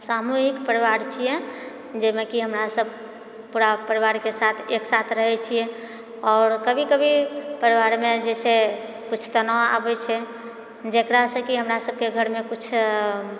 सामूहिक परिवार छिए जेहिमे कि हमरा सब पूरा परिवारके साथ एकसाथ रहैत छिए आओर कभी कभी परिवारमे जेछै किछु तनाव आबैत छै जकरासँ कि हमरा सबके घरमे किछु